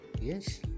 yes